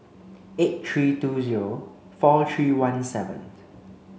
eight three two zero four three one seven